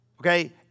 okay